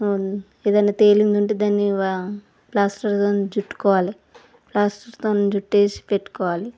ఏదయినా పేలిందంటే దాన్ని వా ప్లాస్టర్తో చుట్టుకోవాలి ప్లాస్టర్తో చుట్టి పెట్టుకోవాలి